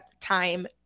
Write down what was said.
time